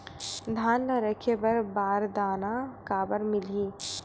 धान ल रखे बर बारदाना काबर मिलही?